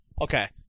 Okay